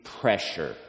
pressure